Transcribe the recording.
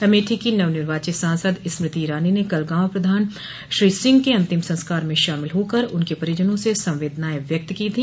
अमेठी की नवनिर्वाचित सांसद स्मृति ईरानी कल गांव प्रधान श्री सिंह के अंतिम संस्कार में शामिल होकर उनके परिजनों से संवेदनाएं व्यक्त की थी